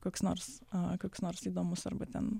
koks nors koks nors įdomus arba ten